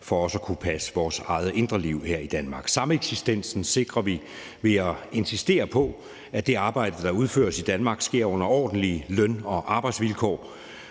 for også at kunne passe vores eget indre liv her i Danmark. Sameksistensen sikrer vi ved at insistere på, at det arbejde, der udføres i Danmark, sker under ordentlige løn- og arbejdsvilkår.